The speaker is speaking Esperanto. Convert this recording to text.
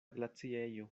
glaciejo